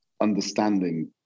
understanding